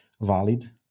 valid